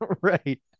Right